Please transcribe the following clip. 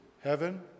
heaven